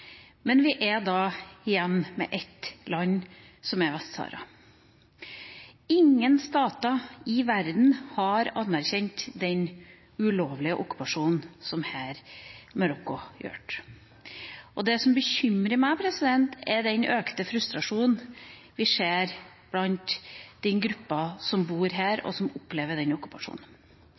men vi står igjen med ett land, som er Vest-Sahara. Ingen stater i verden har anerkjent den ulovlige okkupasjonen som Marokko her har gjort, og det som bekymrer meg, er den økte frustrasjonen vi ser hos den gruppa som bor her, og som opplever denne okkupasjonen.